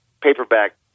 paperback